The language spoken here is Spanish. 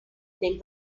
del